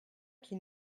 qui